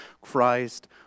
Christ